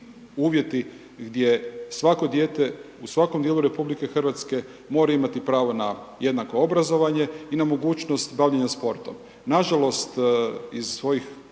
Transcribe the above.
uvjeti gdje svako dijete u svakom dijelu RH mora imati pravo na jednako obrazovanje i na mogućnost bavljenja sportom. Nažalost, iz svojih